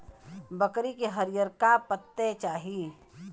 बकरी के हरिअरका पत्ते चाही